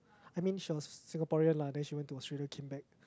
I mean she was Singaporean lah then she went to Australia came back